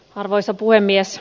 arvoisa puhemies